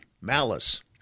Malice